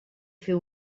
fer